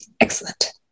Excellent